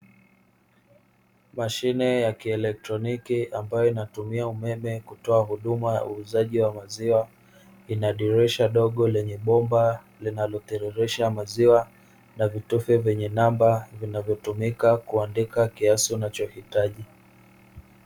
Mashine ya kieletroniki ambayo inatumia umeme kutoa huduma ya uuzaji wa maziwa, ina dirisha dogo lenye bomba linalotiririsha maziwa na vitufe vyenye namba vinavyotumika kuandika kiasi unachohitaji.